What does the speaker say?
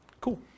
Cool